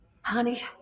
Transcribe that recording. Honey